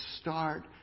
start